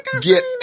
Get